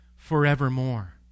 forevermore